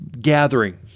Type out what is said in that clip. gathering